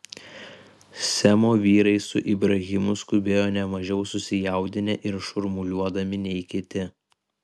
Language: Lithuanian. semo vyrai su ibrahimu skubėjo ne mažiau susijaudinę ir šurmuliuodami nei kiti